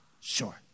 Sure